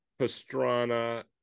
Pastrana